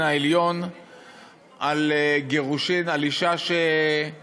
הגדול ערעור על גירושין של אישה שהדיין